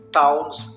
towns